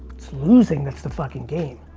it's losing, that's the fucking game.